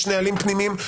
יש נהלים פנימיים.